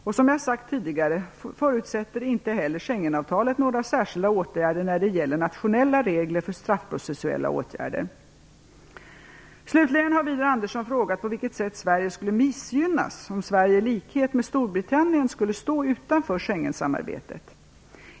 Och som jag sagt tidigare förutsätter inte heller Schengenavtalet några särskilda åtgärder när det gäller nationella regler för straffprocessuella åtgärder. Slutligen har Widar Andersson frågat på vilket sätt Sverige skulle missgynnas om Sverige i likhet med Storbritannien skulle stå utanför Schengensamarbetet.